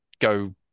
go